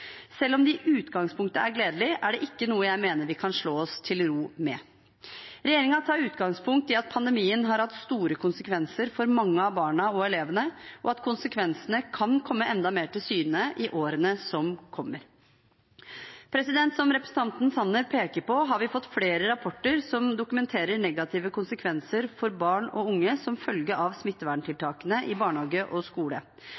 Selv om det i utgangspunktet er gledelig, er det ikke noe jeg mener vi kan slå oss til ro med. Regjeringen tar utgangspunkt i at pandemien har hatt store konsekvenser for mange av barna og elevene, og at konsekvensene kan komme enda mer til syne i årene som kommer. Som representanten Sanner peker på, har vi fått flere rapporter som dokumenterer negative konsekvenser for barn og unge som følge av smitteverntiltakene i barnehage og skole.